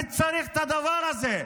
מי צריך את הדבר הזה?